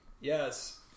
Yes